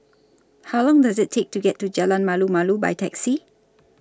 How Long Does IT Take to get to Jalan Malu Malu By Taxi